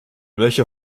welcher